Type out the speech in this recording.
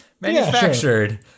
Manufactured